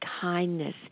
kindness